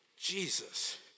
Jesus